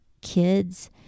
kids